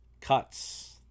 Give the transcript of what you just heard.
cuts